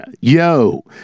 Yo